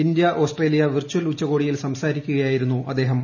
India Australia virtual ഉച്ചുകോടിയിൽ സംസാരിക്കുകയായിരുന്നു അദ്ദേഹം